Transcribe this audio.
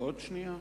שנייה אחת,